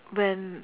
when